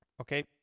okay